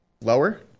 lower